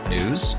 News